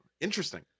interesting